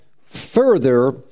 further